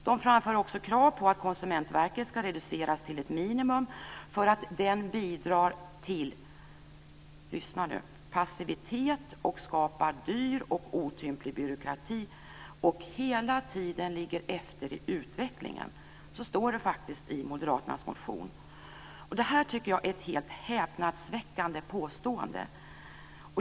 De framför också krav på att Konsumentverket ska reduceras till ett minimum för att det bidrar till "passivitet och skapar dyr och otymplig byråkrati och hela tiden ligger efter i utvecklingen". Så står det faktiskt i Moderaternas motion. Det här tycker jag är ett helt häpnadsväckande påstående.